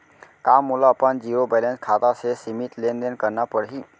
का मोला अपन जीरो बैलेंस खाता से सीमित लेनदेन करना पड़हि?